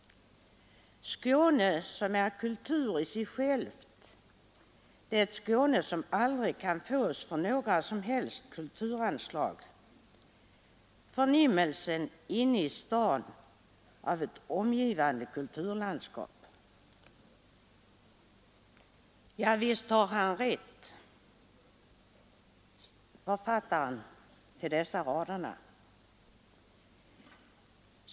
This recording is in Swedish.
Skåne som är kultur i sig självt, det Skåne som aldrig kan fås för några som helst kulturanslag. Förnimmelsen inne i stan av ett omgivande kulturlandskap.” Ja, visst har han rätt, författaren till dessa rader.